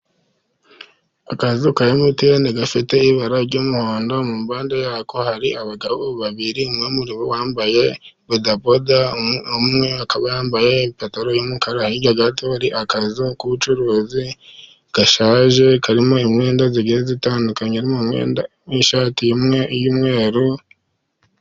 Akazu ka emutiyene gafite ibara ry'umuhondo, mu mpande yako hari abagabo babiri , wambaye bodaboda, umwe akaba yambaye ipantaro y'umukara, hari akazu k'ubucuruzi gashaje karimo imyenda igiye itandukanye, n'ishati imwe y'umweru.